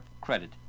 Credit